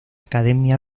academia